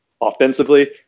offensively